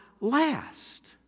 last